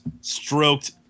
stroked